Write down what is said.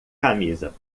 camisa